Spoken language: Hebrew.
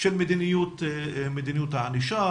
של מדיניות הענישה,